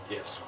Yes